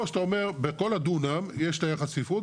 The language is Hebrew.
או שאתה אומר בכל הדונם תהיה לך את יחס הצפיפות,